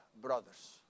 brothers